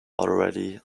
already